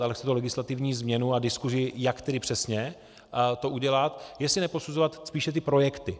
Ale chce to legislativní změnu a diskusi, jak tedy přesně to udělat, jestli neposuzovat spíše ty projekty.